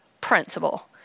principle